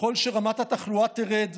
ככל שרמת התחלואה תרד,